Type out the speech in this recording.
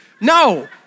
no